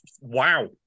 Wow